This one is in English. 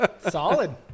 solid